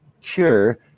cure